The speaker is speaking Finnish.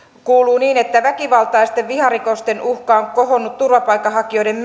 kuuluu niin että väkivaltaisten viharikosten uhka on kohonnut turvapaikanhakijoiden